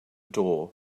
door